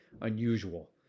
unusual